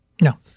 No